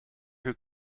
who